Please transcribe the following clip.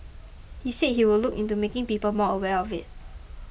he said he would look into making people more aware of it